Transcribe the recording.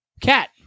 Cat